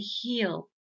heal